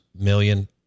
million